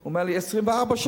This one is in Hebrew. הוא אומר לי: 24 שעות.